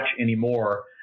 anymore